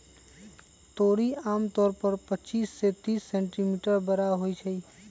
तोरी आमतौर पर पच्चीस से तीस सेंटीमीटर बड़ होई छई